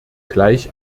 gleich